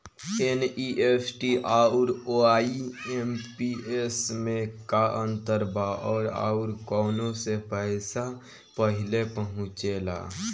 NEFT आउर IMPS मे का अंतर बा और आउर कौना से पैसा पहिले पहुंचेला?